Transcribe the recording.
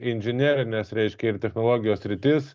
inžinerines reiškia ir technologijos sritis